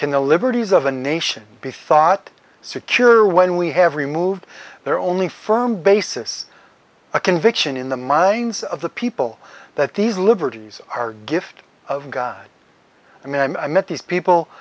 the liberties of a nation be thought secure when we have removed their only firm basis a conviction in the minds of the people that these liberties are gift of god i mean i met these people